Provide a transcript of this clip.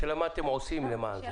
השאלה מה אתם עושים למען זה.